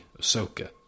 Ahsoka